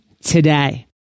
today